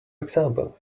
example